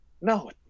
no